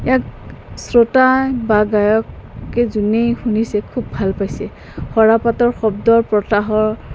ইয়াক শ্ৰোতা বা গায়কে যোনেই শুনিছে খুব ভাল পাইছে সৰাপাতৰ শব্দৰ বতাহৰ